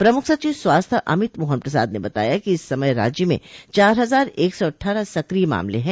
प्रमुख सचिव स्वास्थ्य अमित मोहन प्रसाद ने बताया कि इस समय राज्य में चार हजार एक सौ अट्ठारह सक्रिय मामले हैं